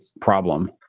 problem